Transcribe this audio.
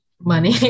money